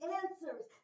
answers